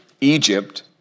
Egypt